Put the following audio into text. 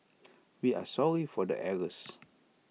we are sorry for the errors